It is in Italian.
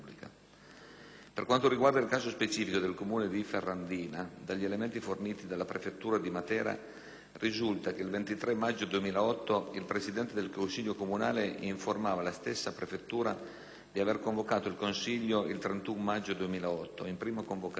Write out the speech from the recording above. Per quanto riguarda il caso specifico del Comune di Ferrandina, dagli elementi forniti dalla prefettura di Matera, risulta che il 23 maggio 2008 il Presidente del Consiglio comunale informava la stessa prefettura di aver convocato il Consiglio, il 31 maggio 2008 in prima convocazione